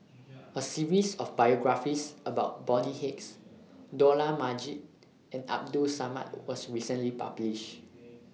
A series of biographies about Bonny Hicks Dollah Majid and Abdul Samad was recently published